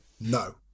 no